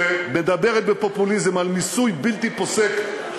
שמדברת בפופוליזם על מיסוי בלתי פוסק,